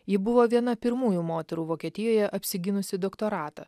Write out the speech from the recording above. ji buvo viena pirmųjų moterų vokietijoje apsigynusi doktoratą